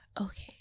okay